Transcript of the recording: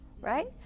right